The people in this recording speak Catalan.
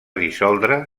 dissoldre